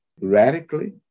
radically